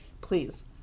Please